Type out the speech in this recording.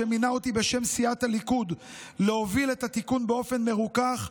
שמינה אותי בשם סיעת הליכוד להוביל את התיקון באופן מרוכך,